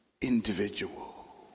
individual